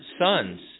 sons